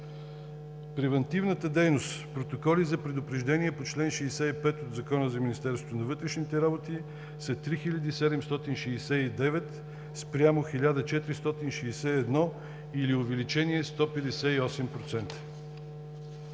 Превантивната дейност – протоколи за предупреждение по чл. 65 от Закона за Министерството на вътрешните работи, са 3769 спрямо 1461 или увеличение 158 %.